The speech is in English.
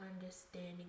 understanding